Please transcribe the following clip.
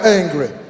angry